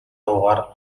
дуугаар